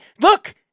Look